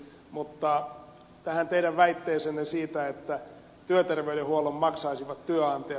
mutta tähän teidän väitteeseenne siitä että työterveydenhuollon maksaisivat työnantajat